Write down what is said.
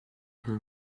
her